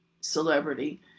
celebrity